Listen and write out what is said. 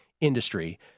industry